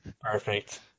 perfect